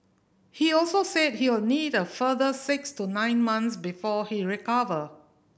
he also said he will need a further six to nine months before he recover